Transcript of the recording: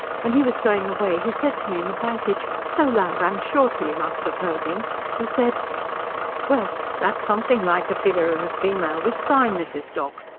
when he was going away he said to me in the passage so loud i'm sure tilly must have heard him he said well! that's something like a figure of a female this time, mrs. doc.